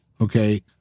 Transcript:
Okay